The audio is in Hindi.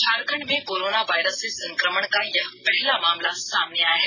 झारखण्ड में कोरोना वायरस से संक्रमण का यह पहला मामला सामने आया है